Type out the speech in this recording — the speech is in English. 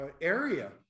area